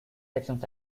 sections